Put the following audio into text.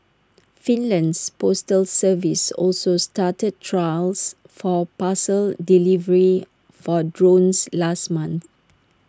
Finland's postal service also started trials for parcel delivery for drones last month